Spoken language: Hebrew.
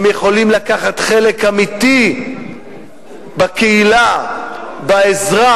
הם יכולים לקחת חלק אמיתי בקהילה, בעזרה,